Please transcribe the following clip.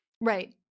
Right